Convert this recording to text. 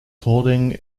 holding